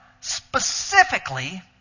specifically